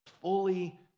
fully